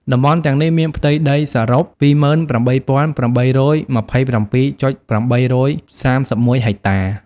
តំបន់ទាំងនេះមានផ្ទៃដីសរុប ២៨,៨២៧.៨៣១ ហិកតា។